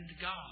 God